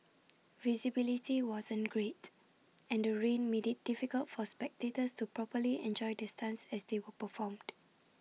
visibility wasn't great and the rain made IT difficult for spectators to properly enjoy the stunts as they were performed